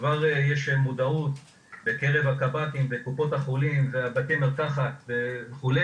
כבר יש מודעות בקרב הקב"טים בקופות החולים ובתי המרקחת וכו',